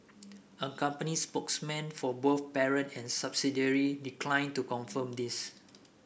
a company spokesman for both parent and subsidiary declined to confirm this